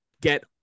get